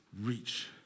reach